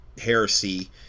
heresy